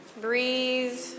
breathe